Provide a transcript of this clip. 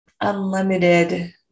unlimited